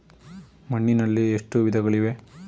ಮಣ್ಣಿನಲ್ಲಿ ಎಷ್ಟು ವಿಧಗಳಿವೆ?